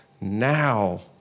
Now